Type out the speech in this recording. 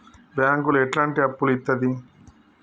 బ్యాంకులు ఎట్లాంటి అప్పులు ఇత్తది?